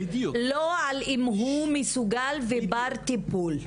לא האם הוא מסוגל ובר טיפול.